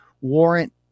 warrant